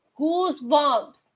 goosebumps